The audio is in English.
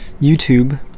YouTube